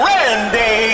Randy